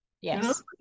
Yes